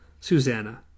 Susanna